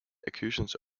accusation